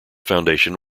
foundation